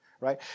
right